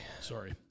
Sorry